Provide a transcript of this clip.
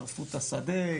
שרפו את השדה,